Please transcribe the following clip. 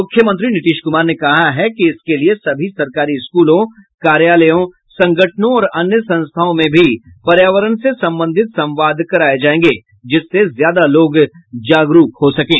मुख्यमंत्री नीतीश कुमार ने कहा है कि इसके लिये सभी सरकारी स्कूलों कार्यालयों संगठनों और अन्य संस्थाओं में भी पर्यावरण से संबंधित संवाद कराये जायेंगे जिससे ज्यादा लोग जागरूक हो सकें